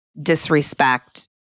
disrespect